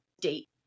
date